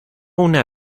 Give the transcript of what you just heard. una